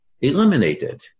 eliminated